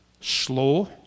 slow